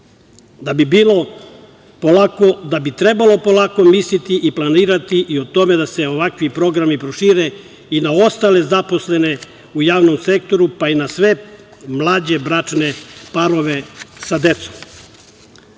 da bi trebalo polako misliti i planirati i o tome da se ovakvi programi prošire i na ostale zaposlene u javnom sektoru, pa i na sve mlađe bračne parove sa decom. Želim